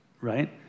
right